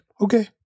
okay